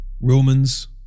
Romans